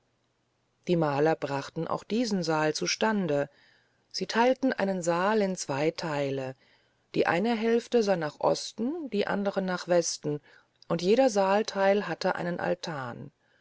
die maler brachten auch diesen saal zustande sie teilten einen saal in zwei teile die eine hälfte sah nach osten die andere nach westen und jeder saalteil hatte einen altan